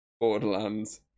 Borderlands